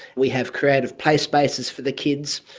we have creative play spaces for the kids.